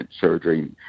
surgery